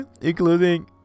Including